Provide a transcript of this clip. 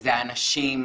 זה האנשים,